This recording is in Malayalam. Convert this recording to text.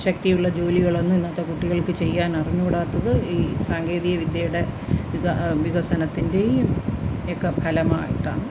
ശക്തിയുള്ള ജോലികളൊന്നും ഇന്നത്തെ കുട്ടികൾക്കു ചെയ്യാൻ അറിഞ്ഞു കൂടാത്തത് ഈ സാങ്കേതിക വിദ്യയുടെ മിത വികസനത്തിൻ്റെയും ഒക്കെ ഫലമായിട്ടാണ്